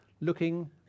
looking